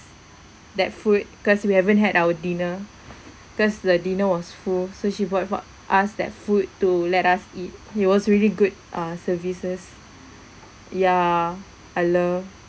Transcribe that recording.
that food because we haven't had our dinner because the dinner was full so she bought for us that food to let us eat it was really good uh services ya I love